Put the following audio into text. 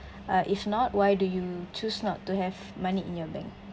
uh if not why do you choose not to have money in your bank